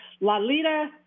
Lalita